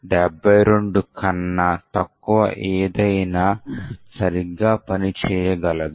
72 కన్నా తక్కువ ఏదైనా సరిగ్గా పనిచేయగలదు